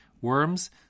worms